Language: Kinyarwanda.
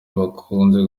bakunze